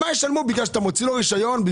כי אתה מוציא לו רשיון?